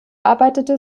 arbeitete